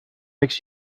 makes